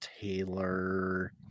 Taylor